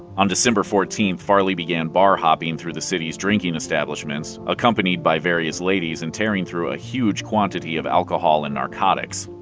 on december fourteen, farley began bar-hopping through the city's drinking establishments, accompanied by various ladies and tearing through a huge quantity of alcohol and narcotics.